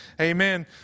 amen